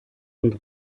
und